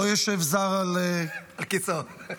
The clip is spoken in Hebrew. לא יישב זר על --- על כיסאו.